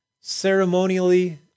Ceremonially